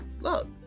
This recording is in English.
Look